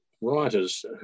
writers